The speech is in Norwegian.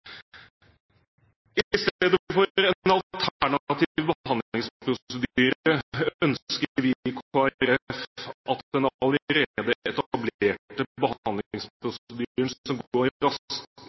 I stedet for en alternativ behandlingsprosedyre ønsker vi i Kristelig Folkeparti at den allerede etablerte